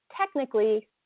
technically